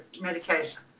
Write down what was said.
medication